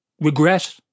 regret